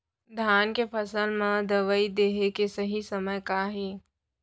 धान के फसल मा दवई देहे के सही समय का हे?